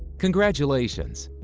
congratulations!